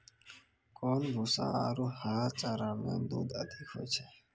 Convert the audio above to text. कोन भूसा आरु हरा चारा मे दूध अधिक होय छै?